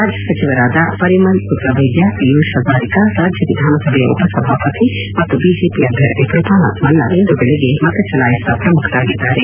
ರಾಜ್ಯ ಸಚಿವರಾದ ಪರಿಮಲ್ ಸುಕ್ಷಬೈದ್ಯ ಪಿಯೂಷ್ ಹಜಾರಿಕಾ ರಾಜ್ಯ ವಿಧಾನಸಭೆಯ ಉಪಸಭಾಪತಿ ಮತ್ತು ಬಿಜೆಪಿ ಅಭ್ಯರ್ಥಿ ಕ್ವಪಾನಾಥ್ ಮಲ್ಲ ಇಂದು ಬೆಳಗ್ಗೆ ಮತ ಚಲಾಯಿಸಿದ ಪ್ರಮುಖರಾಗಿದ್ದಾರೆ